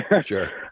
Sure